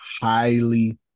highly